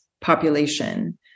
population